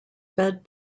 fed